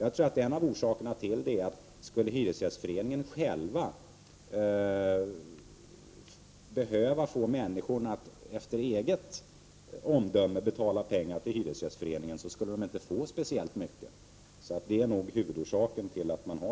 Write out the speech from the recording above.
Jag tror att en av orsakerna till detta är att Hyresgästföreningen om den själv skulle få människor att av egen kraft betala pengar till Hyresgästföreningen, så skulle den inte få särskilt mycket pengar. Det är nog huvudorsaken till